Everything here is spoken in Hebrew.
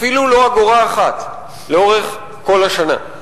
אפילו לא אגורה אחת לאורך כל השנה.